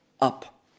up